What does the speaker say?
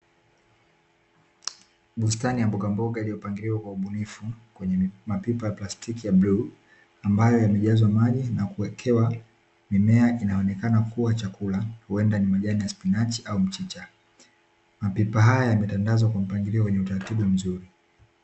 Bustani ya mbogamboga iliyopangiliwa kwa ubunifu kwenye mapipa ya plastiki ya bluu, ambayo yamejazwa maji nakuwekewa mimea, inayoonekana kuwa chakula, huenda ni majani ya spinachi au mchicha. Mapipa hayo yametandazwa kwa mpangilio wenye utaratibu mzuri.